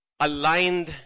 aligned